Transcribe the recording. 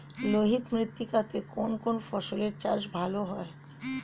লোহিত মৃত্তিকা তে কোন কোন ফসলের চাষ ভালো হয়?